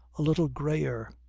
a little greyer,